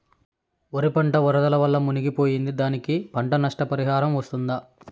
వరి పంట వరదల వల్ల మునిగి పోయింది, దానికి పంట నష్ట పరిహారం వస్తుందా?